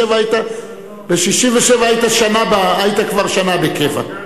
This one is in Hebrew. ב-1967 היית כבר שנה בקבע.